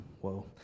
Whoa